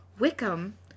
Wickham